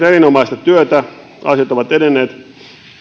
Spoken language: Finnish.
erinomaista työtä asiat ovat edenneet